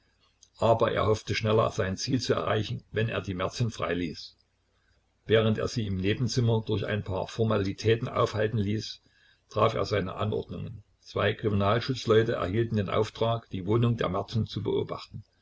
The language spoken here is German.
aber er hoffte schneller sein ziel zu erreichen wenn er die merten freiließ während er sie im nebenzimmer durch ein paar formalitäten aufhalten ließ traf er seine anordnungen zwei kriminalschutzleute erhielten den auftrag die wohnung der merten zu beobachten